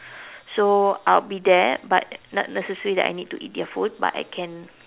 so I'll be there but not necessary that I need to eat their food but I can